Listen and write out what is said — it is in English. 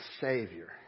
Savior